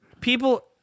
people